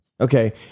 Okay